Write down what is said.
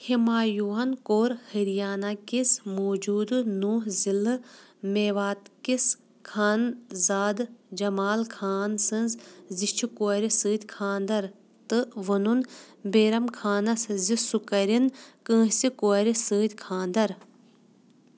ہِمایوٗہَن کوٚر ہریانَہ کِس موجوٗدٕ نوح ضِلعہٕ میواتكِس خان زادٕ جَمال خان سٕنٛز زِچھِ کورِ سٕتۍ خانٛدر تہٕ ووٚنُن بیرم خانَس زِ سُہ کٔرِنۍ کٲنٛسہِ کورِ سٕتۍ خانٛدر